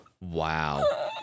Wow